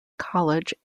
college